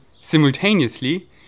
simultaneously